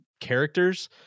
characters